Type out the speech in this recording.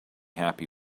happy